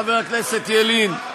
חבר הכנסת ילין,